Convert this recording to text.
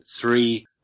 three